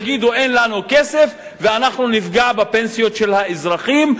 יגידו: אין לנו כסף ואנחנו נפגע בפנסיות של האזרחים,